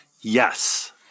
Yes